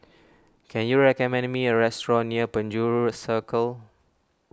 can you recommend me a restaurant near Penjuru Circle